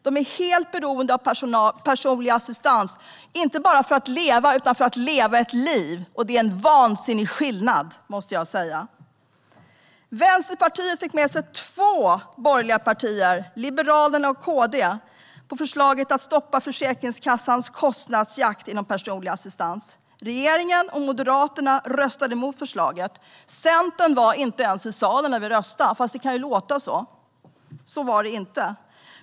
De är helt beroende av personlig assistans, inte bara för att leva utan för leva ett liv. Det är en vansinnig skillnad däremellan. Vänsterpartiet fick med sig två borgerliga partier, Liberalerna och Kristdemokraterna, på förslaget om att stoppa Försäkringskassans kostnadsjakt inom personlig assistans. Regeringen och Moderaterna röstade emot förslaget. Centern var inte ens i salen när vi röstade, även om det kan låta som om de var det. Men så var det inte.